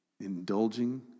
indulging